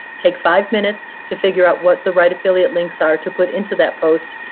take five minutes to figure out what the right affiliate links are to put into that post.